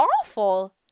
awful